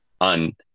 on